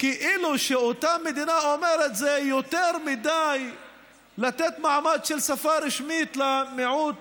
כאילו שאותה מדינה אומרת: זה יותר מדי לתת מעמד של שפה רשמית למיעוט